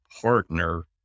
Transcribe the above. partner